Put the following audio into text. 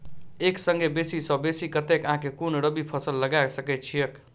एक संगे बेसी सऽ बेसी कतेक आ केँ कुन रबी फसल लगा सकै छियैक?